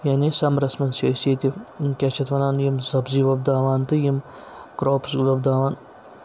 یعنی سَمرَس منٛز چھِ أسۍ ییٚتہِ کیٛاہ چھِ اَتھ وَنان یِم سبزی وۄپداوان تہٕ یِم کراپٕس وۄپداوان